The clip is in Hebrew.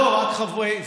רק חברי הוועדה.